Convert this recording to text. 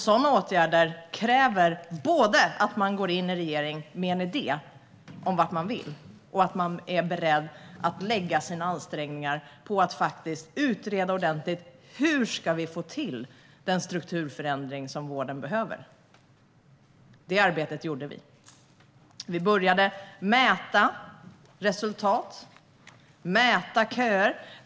Sådana åtgärder kräver både att man går in i en regering med en idé om vart man vill och att man är beredd att lägga sina ansträngningar på att ordentligt utreda hur vi ska få till den strukturförändring som vården behöver. Det arbetet gjorde vi. Vi började mäta resultat och mäta köer.